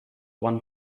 one